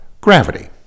gravity